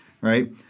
right